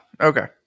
okay